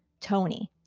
tony.